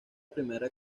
primera